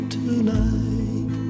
tonight